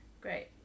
great